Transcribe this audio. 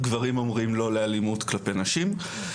גברים אומרים לא לאלימות כלפי נשים.